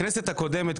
בכנסת הקודמת,